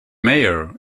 mayor